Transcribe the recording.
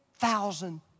thousand